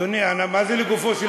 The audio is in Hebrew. האיש?